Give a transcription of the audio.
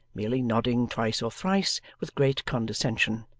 merely nodding twice or thrice with great condescension.